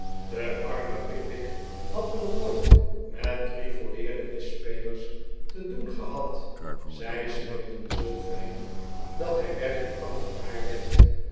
de arme pickwick had nog nooit met drie volleerde whistspeelsters te doen gehad zij speelden zoo fijn dat hij werkelijk bang voor haar werd